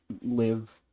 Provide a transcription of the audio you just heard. live